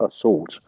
assault